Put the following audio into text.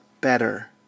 better